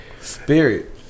Spirit